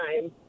time